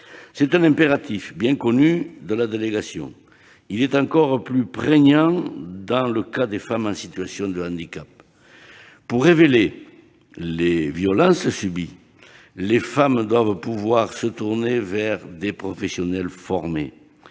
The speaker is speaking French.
C'est un impératif bien connu de la délégation aux droits des femmes. Il est encore plus prégnant dans le cas des femmes en situation de handicap. Pour révéler les violences subies, les femmes doivent pouvoir se tourner vers des professionnels formés.